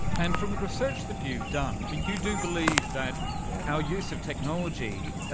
and from the research that you've done, you do believe that our use of technology,